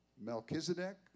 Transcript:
Melchizedek